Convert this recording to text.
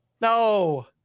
no